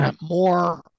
more